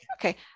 Okay